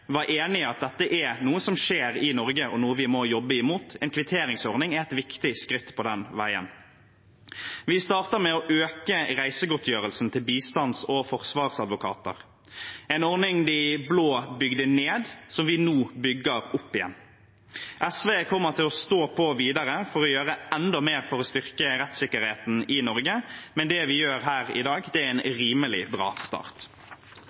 enig i at dette er noe som skjer i Norge, og noe vi må jobbe imot. En kvitteringsordning er et viktig skritt på den veien. Vi starter med å øke reisegodtgjørelsen til bistands- og forsvarsadvokater, en ordning de blå bygde ned, som vi nå bygger opp igjen. SV kommer til å stå på videre for å gjøre enda mer for å styrke rettssikkerheten i Norge, men det vi gjør her i dag, er en rimelig bra start.